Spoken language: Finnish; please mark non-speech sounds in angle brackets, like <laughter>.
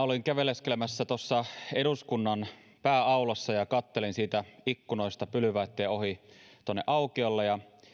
<unintelligible> olin käveleskelemässä tuossa eduskunnan pääaulassa ja katselin siitä ikkunoista pylväitten ohi tuonne aukiolle ja